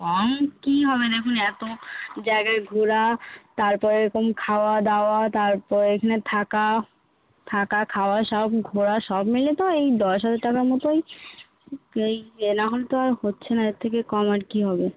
কম কী হবে দেখুন এতো জায়গায় ঘোরা তারপর এরকম খাওয়া দাওয়া তারপর এখানে থাকা থাকা খাওয়া সব ঘোরা সব মিলে তো এই দশ হাজার টাকা মতোই এই এ না হলে তো আর হচ্ছে না এর থেকে কম আর কী হবে